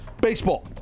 Baseball